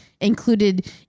included